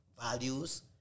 values